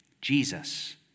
Jesus